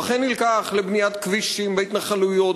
והוא אכן נלקח לבניית כבישים בהתנחלויות